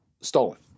stolen